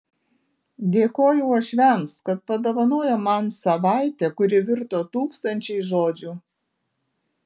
dėkoju uošviams kad padovanojo man savaitę kuri virto tūkstančiais žodžių